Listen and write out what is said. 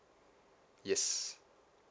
yes